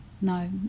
No